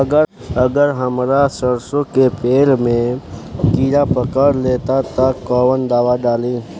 अगर हमार सरसो के पेड़ में किड़ा पकड़ ले ता तऽ कवन दावा डालि?